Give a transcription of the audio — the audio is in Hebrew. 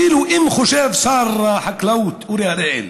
אפילו אם חושב שר החקלאות אורי אריאל